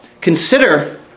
Consider